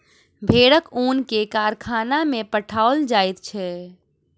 भेड़क ऊन के कारखाना में पठाओल जाइत छै